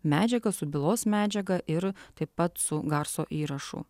medžiagą su bylos medžiaga ir taip pat su garso įrašu